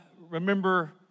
remember